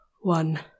One